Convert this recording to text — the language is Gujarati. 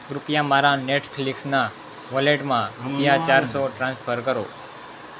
કૃપયા મારા નેટફ્લીક્સના વોલેટમાં રૂપિયા ચારસો ટ્રાન્સફર કરો